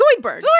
Zoidberg